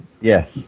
Yes